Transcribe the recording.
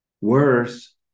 Worse